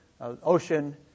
ocean